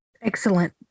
Excellent